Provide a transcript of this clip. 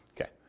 Okay